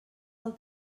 pel